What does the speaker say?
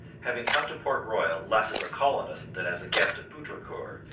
having come to port royal less as a colonist than as a guest of poutrincourt,